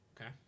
okay